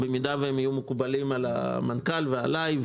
במידה והן יהיו מקובלות על המנכ"ל ועלי,